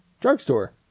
drugstore